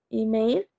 email